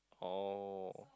oh